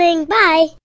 Bye